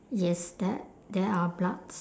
yes there there are bloods